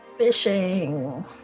Fishing